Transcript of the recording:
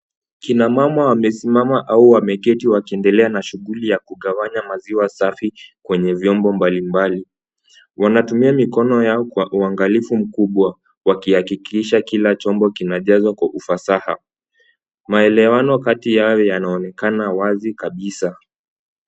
Kina mama wamesimama au wameketi wakiendelea na shughuli ya kugawanya maziwa safi kwenye vyombo mbalimbali. Wanatumia mikono yao kwa uangalifu mkubwa wakihakikisha kila chombo kinajazwa kwa ufasaha. Maelewano kati yao yanaonekana wazi kabisa.